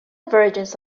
versions